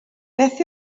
beth